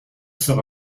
sur